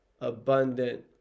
abundant